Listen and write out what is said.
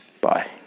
Bye